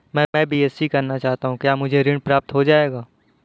मैं बीएससी करना चाहता हूँ क्या मुझे ऋण प्राप्त हो जाएगा?